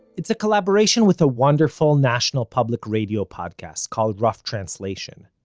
it's a collaboration with a wonderful national public radio podcast called rough translation.